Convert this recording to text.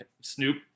Snoop